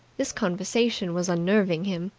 this conversation was unnerving him.